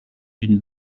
d’une